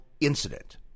Incident